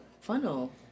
funnel